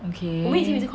okay